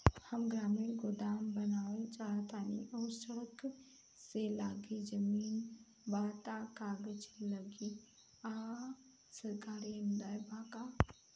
हम ग्रामीण गोदाम बनावल चाहतानी और सड़क से लगले जमीन बा त का कागज लागी आ सरकारी अनुदान बा का?